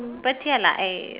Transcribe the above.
but ya lah I